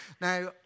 Now